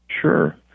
Sure